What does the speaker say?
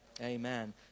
Amen